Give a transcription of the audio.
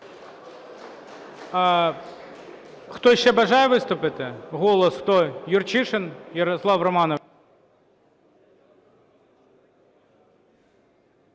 Хтось ще бажає виступити? "Голос", хто? Юрчишин Ярослав Романович.